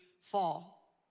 fall